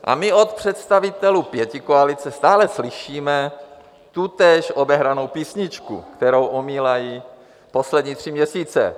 A my od představitelů pětikoalice stále slyšíme tutéž obehranou písničku, kterou omílají poslední tři měsíce.